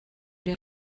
les